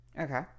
Okay